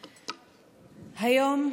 היום,